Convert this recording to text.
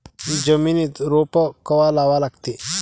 जमिनीत रोप कवा लागा लागते?